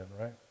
right